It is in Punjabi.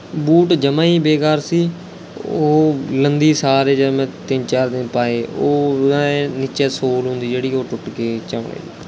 ਬੂਟ ਜਮ੍ਹਾ ਹੀ ਬੇਕਾਰ ਸੀ ਉਹ ਲੈਂਦੇ ਸਾਰ ਹੀ ਜਦੋਂ ਮੈਂ ਤਿੰਨ ਚਾਰ ਦਿਨ ਪਾਏ ਉਹ ਉਹਨਾਂ ਨੀਚੇ ਸੋਲ ਹੁੰਦੀ ਜਿਹੜੀ ਉਹ ਟੁੱਟ ਕੇ ਝੜ ਗਈ